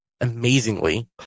amazingly